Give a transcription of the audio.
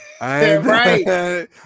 Right